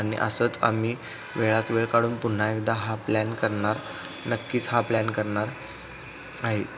आणि असंच आम्ही वेळात वेळ काढून पुन्हा एकदा हा प्लॅन करणार नक्कीच हा प्लॅन करणार आहे